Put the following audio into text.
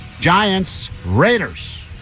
Giants-Raiders